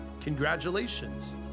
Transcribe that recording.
congratulations